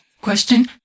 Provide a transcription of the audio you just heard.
Question